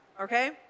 okay